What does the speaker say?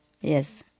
Yes